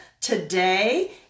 today